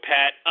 Pat